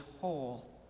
whole